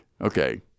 Okay